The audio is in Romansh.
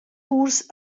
purs